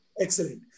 Excellent